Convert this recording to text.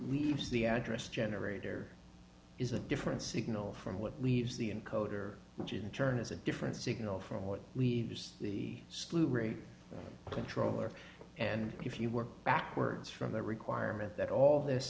use the address generator is a different signal from what leaves the encoder which in turn is a different signal from what we use the slew rate controller and if you work backwards from the requirement that all this